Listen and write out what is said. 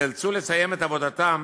נאלצו לסיים את עבודתם